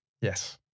Yes